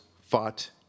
fought